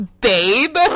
babe